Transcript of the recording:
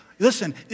Listen